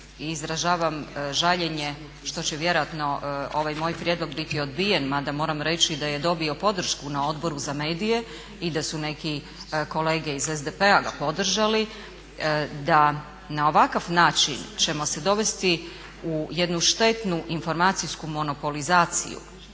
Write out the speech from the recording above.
izražavam žaljenje što će vjerojatno ovaj moj prijedlog biti odbijen mada moram reći da je dobio podršku na Odboru za medije i da su neki kolege iz SDP-a ga podržali, da na ovakav način ćemo se dovesti u jednu štetnu informacijsku monopolizaciju